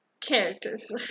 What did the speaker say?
characters